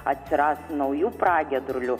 atsiras naujų pragiedrulių